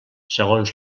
segons